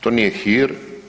To nije hir.